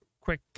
quick